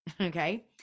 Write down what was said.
okay